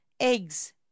Eggs